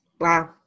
Wow